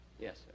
Yes